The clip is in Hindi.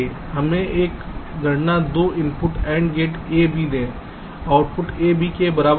हमें एक गणना 2 input AND gate a b दें आउटपुट a b के बराबर f है